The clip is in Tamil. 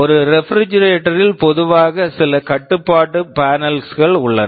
ஒரு ரெபிரிஜிரேட்டர் refrigerator ல் பொதுவாக சில கட்டுப்பாட்டு பானெல்ஸ் panels கள் உள்ளன